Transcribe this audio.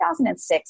2006